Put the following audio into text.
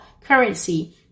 currency